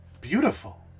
beautiful